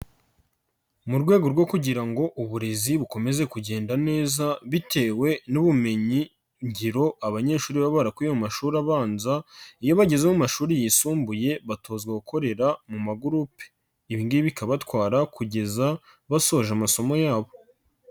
Mu rwego rwo kugira ngo uburezi bukomeze kugenda neza bitewe n'ubumenyi ngiro abanyeshuri babarakuye mu mashuri abanza, iyo bagezeho amashuri yisumbuye, batozwa gukorera mu magurupe. Ibi ngibi bikabatwara kugeza basoje amasomo yabo.